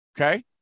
Okay